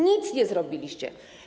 Nic nie zrobiliście.